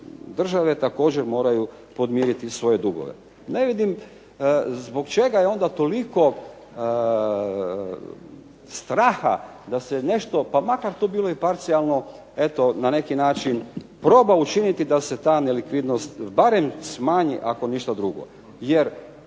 države također moraju podmiriti svoje dugove. Ne vidim zbog čega je onda toliko straha da se nešto, pa makar to bilo i parcijalno, eto na neki način proba učiniti da se ta nelikvidnost barem smanji ako ništa drugo.